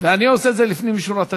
ואני עושה את זה לפנים משורת הדין,